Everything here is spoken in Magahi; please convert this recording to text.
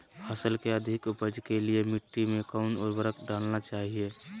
फसल के अधिक उपज के लिए मिट्टी मे कौन उर्वरक डलना चाइए?